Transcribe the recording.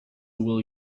will